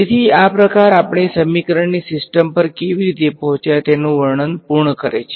તેથી આ પ્રકાર આપણે સમીકરણની સિસ્ટમ પર કેવી રીતે પહોંચ્યા તેનું વર્ણન પૂર્ણ કરે છે